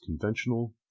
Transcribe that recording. conventional